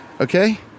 Okay